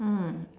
mm